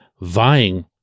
vying